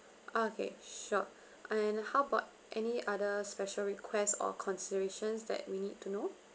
oh okay sure and how about any other special request or considerations that we need to know